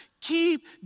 Keep